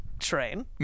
Train